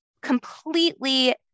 completely